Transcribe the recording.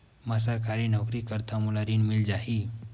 मै सरकारी नौकरी करथव मोला ऋण मिल जाही?